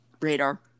radar